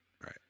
Right